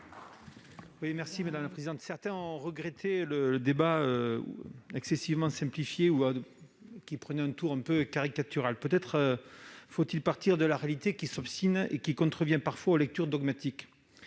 Bonhomme, sur l'article. Certains ont regretté le débat excessivement simplifié qui prenait un tour un peu caricatural. Peut-être faut-il partir de la réalité qui s'obstine et qui contrevient parfois aux lectures dogmatiques.